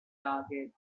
target